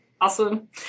Awesome